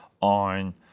on